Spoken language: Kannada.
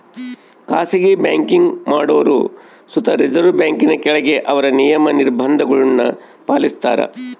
ಖಾಸಗಿ ಬ್ಯಾಂಕಿಂಗ್ ಮಾಡೋರು ಸುತ ರಿಸರ್ವ್ ಬ್ಯಾಂಕಿನ ಕೆಳಗ ಅವ್ರ ನಿಯಮ, ನಿರ್ಭಂಧಗುಳ್ನ ಪಾಲಿಸ್ತಾರ